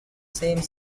same